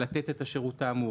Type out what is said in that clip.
לתת את השירות האמור.